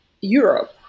Europe